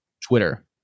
Twitter